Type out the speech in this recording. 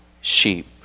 sheep